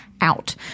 out